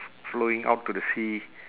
flowing out to the sea